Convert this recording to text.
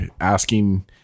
asking